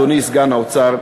אדוני סגן שר האוצר,